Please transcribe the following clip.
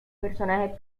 personajes